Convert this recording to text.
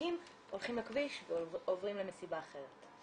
החוגגים הולכים לכביש ועוברים למסיבה אחרת.